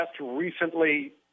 recently